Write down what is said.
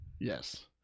Yes